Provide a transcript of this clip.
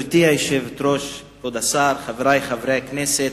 גברתי היושבת-ראש, כבוד השר, חברי חברי הכנסת,